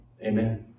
amen